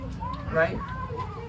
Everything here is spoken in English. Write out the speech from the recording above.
right